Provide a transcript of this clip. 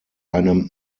einem